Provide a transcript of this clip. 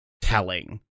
telling